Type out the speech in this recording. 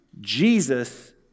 Jesus